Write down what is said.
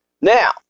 Now